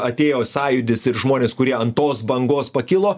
atėjo sąjūdis ir žmonės kurie ant tos bangos pakilo